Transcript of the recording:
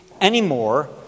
anymore